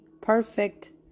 perfect